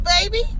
baby